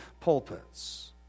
pulpits